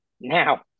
now